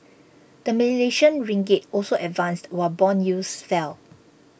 the Malaysian Ringgit also advanced while bond yields fell